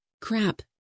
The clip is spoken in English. Crap